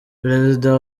perezida